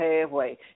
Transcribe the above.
halfway